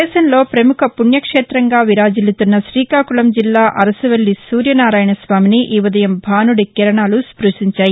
దేశంలో పముఖ పుణ్యక్ష్మేతంగా విరాజిల్లుతున్న శ్రీకాకుళం జిల్లా అరసవల్లి సూర్య నారాయణ స్వామిని ఈ ఉదయం భానుడి కీరణాలు స్పళించాయి